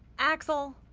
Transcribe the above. axel?